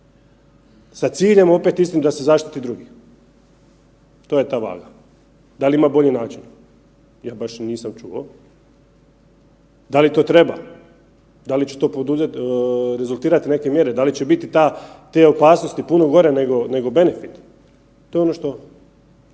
sa ciljem opet istim da se zaštiti drugi, to je ta vaga. Da li ima bolji način? Ja baš nisam čuo. Da li to treba, da li će to rezultirati neke mjere, da li će biti te opasnosti puno gore nego benefit? To je ono što